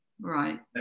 Right